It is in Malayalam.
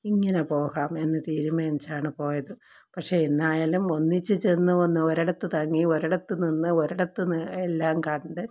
ഇങ്ങനെ പോകാം എന്ന് തീരുമാനിച്ചതാണ് പോയത് പക്ഷേ എന്നായാലും ഒന്നിച്ച് ചെന്ന് വന്ന് ഒരിടത്ത് തങ്ങി ഒരിടത്ത് നിന്ന് ഒരിടത്തെന്ന് എല്ലാം കണ്ട്